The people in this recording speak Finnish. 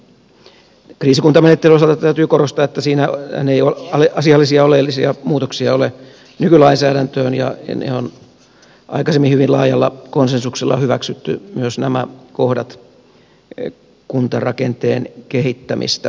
kriisikuntamenettelyn osalta täytyy korostaa että siinähän ei asiallisia oleellisia muutoksia ole nykylainsäädäntöön ja on aikaisemmin hyvin laajalla konsensuksella hyväksytty myös nämä kohdat kuntarakenteen kehittämisestä sen toimivaltuuksista